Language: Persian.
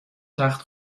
تخت